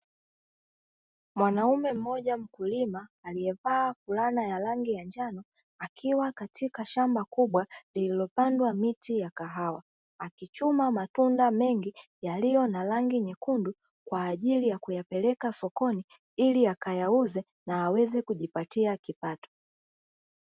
Mwanaume mmoja mkulima aliyevaa fulana ya rangi ya njano akiwa katika shamba kubwa lililopandwa miti ya kahawa akichuma matunda mengi yaliyo na rangi nyekundu kwa ajili ya kuyapeleka sokoni ili akayauze na aweze kujipatia kipato